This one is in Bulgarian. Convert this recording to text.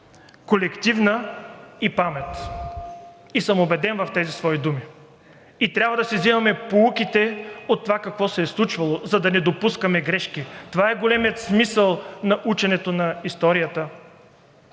колективна мъдрост и памет. И съм убеден в тези свои думи. Трябва да си вземаме поуките от това какво се е случвало, за да не допускаме грешки. Това е големият смисъл на ученето на историята.